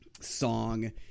song